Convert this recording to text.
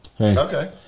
Okay